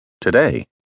today